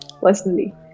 personally